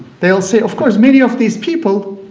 they'll say of course, many of these people